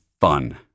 fun